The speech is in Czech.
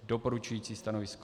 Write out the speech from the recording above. Doporučující stanovisko.